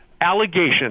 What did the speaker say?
allegations